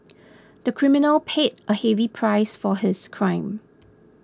the criminal paid a heavy price for his crime